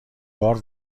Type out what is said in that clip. بار